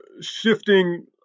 shifting